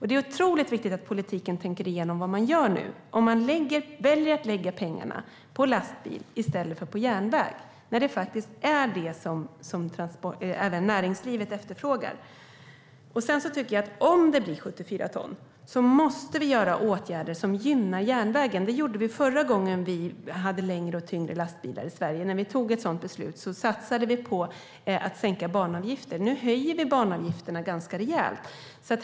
Det är otroligt viktigt att politiken tänker igenom vad man gör nu om man väljer att lägga pengarna på lastbil i stället för på järnväg när det är det som även näringslivet efterfrågar. Om det blir 74 ton måste vi vidta åtgärder som gynnar järnvägen. Det gjorde vi förra gången vi hade längre och tyngre lastbilar i Sverige. När vi fattade ett sådant beslut satsade vi på att sänka banavgifter. Nu höjer vi banavgifterna ganska rejält.